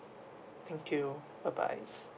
thank you bye bye